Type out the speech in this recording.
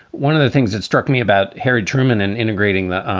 one of the things that struck me about harry truman in integrating the